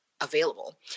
available